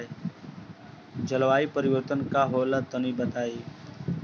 जलवायु परिवर्तन का होला तनी बताई?